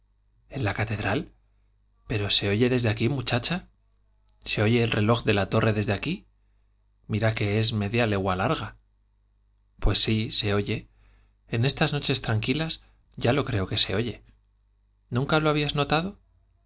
en la catedral pero se oye desde aquí muchacha se oye el reloj de la torre desde aquí mira que es media legua larga pues sí se oye en estas noches tranquilas ya lo creo que se oye nunca lo habías notado